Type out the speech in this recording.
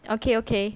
okay okay